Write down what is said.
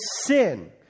sin